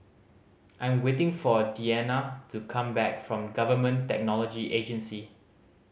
I am waiting for Deanna to come back from Government Technology Agency